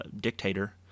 dictator